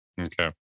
Okay